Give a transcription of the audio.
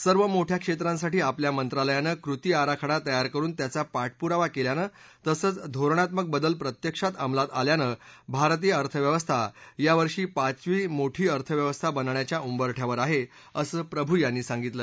सर्व मोठया क्षेत्रांसाठी आपल्या मंत्रालयानं कृती आराखडा तयार करुन त्याचा पाठपुरावा केल्यानं तसंच धोरणात्मक बदल प्रत्यक्षात अमलात आल्यानं भारतीय अर्थव्यवस्था यावर्षी पाचवी मोठी अर्थव्यवस्था बनण्याच्या उंबरठयावर आहे असं प्रभू यांनी सांगितलं